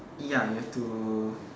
ya you have to